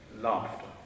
laughter